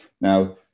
Now